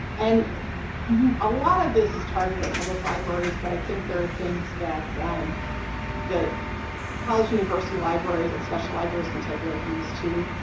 and a lot of this is targeted at public libraries but i think there are things that um college college university libraries and special libraries can take away from this, too,